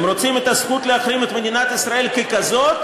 הם רוצים את הזכות להחרים את מדינת ישראל ככזאת,